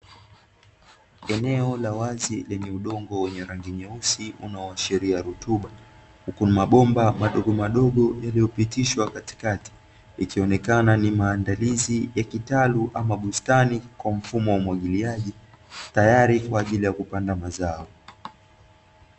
Eneo la wazi lenye udongo wenye rangi nyeusi, unaoashiria rutuba, huku mabomba madogomadogo yaliyopitishwa katikati, ikionekana ni maandalizi ya kitalu ama bustani kwa mfumo wa umwagiliaji tayari kwa ajili ya kupanda mazao.